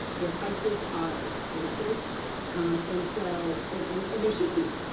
their prices are expensive um and so and and and they should be.